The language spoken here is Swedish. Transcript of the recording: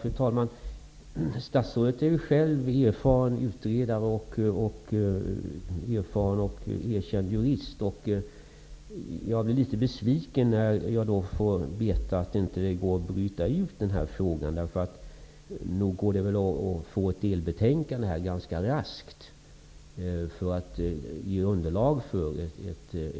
Fru talman! Statsrådet är ju själv erfaren utredare och erfaren och erkänd jurist. Jag blir då litet besviken när jag får veta att det inte går att bryta ut den här frågan. Nog går det väl att ganska raskt få fram ett delbetänkande som underlag för